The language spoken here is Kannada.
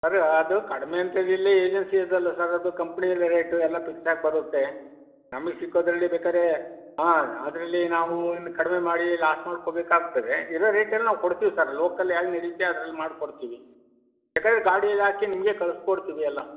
ಅದೇ ಅದು ಕಡಿಮೆ ಅಂತ ಇಲ್ಲಿ ಏಜೆನ್ಸಿದು ಅಲ್ಲ ಸರ್ ಅದು ಕಂಪ್ನಿಯ ರೇಟು ಎಲ್ಲ ಫಿಕ್ಸ್ ಆಗಿ ಬರುತ್ತೆ ನಮಿಗೆ ಸಿಕ್ಕೋದರಲ್ಲಿ ಬೇಕಾದ್ರೆ ಹಾಂ ಅದರಲ್ಲಿ ನಾವು ಕಡಿಮೆ ಮಾಡಿ ಲಾಸ್ ಮಾಡ್ಕೋಬೇಕಾಗ್ತದೆ ಇರೋ ರೇಟಲ್ಲಿ ನಾವು ಕೊಡ್ತಿವಿ ಸರ್ ಲೋಕಲ್ ಹ್ಯಾಗೆ ನಡಿಯುತ್ತೆ ಅದ್ರಲ್ಲಿ ಮಾಡ್ಕೊಡ್ತೀವಿ ಬೇಕಾದ್ರೆ ಗಾಡಿಲಿ ಹಾಕಿ ನಿಮಗೆ ಕಳ್ಸ್ಕೊಡ್ತೀವಿ ಎಲ್ಲ